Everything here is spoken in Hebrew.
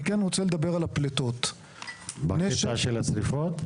אני כן רוצה לדבר על הפליטות --- בקשר של השריפות?